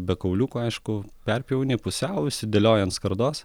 be kauliukų aišku perpjauni pusiau išsidėlioji ant skardos